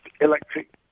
electric